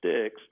sticks